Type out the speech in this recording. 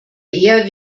eher